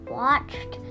watched